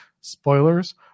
Spoilers